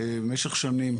במשך שנים.